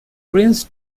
prince